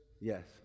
Yes